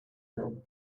from